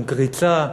עם קריצה,